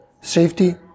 safety